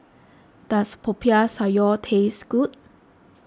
does Popiah Sayur taste good